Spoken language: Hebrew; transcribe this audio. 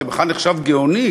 זה בכלל נחשב גאוני,